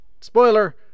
spoiler